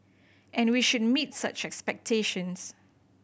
and we should meet such expectations